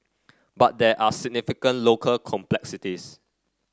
but there are significant local complexities